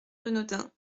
renaudin